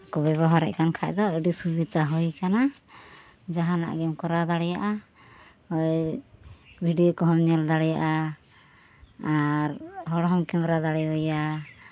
ᱟᱨ ᱠᱚ ᱵᱮᱵᱚᱦᱟᱨᱮᱫ ᱠᱟᱱ ᱠᱷᱟᱡ ᱫᱚ ᱟᱹᱰᱤ ᱥᱩᱵᱤᱫᱷᱟ ᱦᱩᱭ ᱠᱟᱱᱟ ᱡᱟᱦᱟᱱᱟᱜ ᱜᱮᱢ ᱠᱚᱨᱟᱣ ᱫᱟᱲᱮᱭᱟᱜᱼᱟ ᱳᱭ ᱵᱷᱤᱰᱭᱳ ᱠᱚᱦᱚᱸᱢ ᱧᱮᱞ ᱫᱟᱲᱮᱭᱟᱜᱼᱟ ᱟᱨ ᱦᱚᱲ ᱦᱚᱸᱢ ᱠᱮᱢᱮᱨᱟ ᱫᱟᱲᱮᱭᱟᱭᱟ